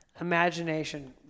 imagination